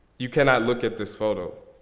you cannot look at this photo.